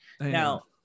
Now